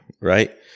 Right